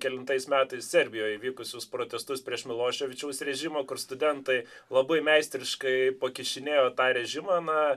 kelintais metais serbijoj vykusius protestus prieš miloševičiaus režimą kur studentai labai meistriškai pakišinėjo tą režimą na